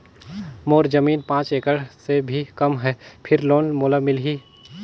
मोर जमीन पांच एकड़ से भी कम है फिर लोन मोला मिलही?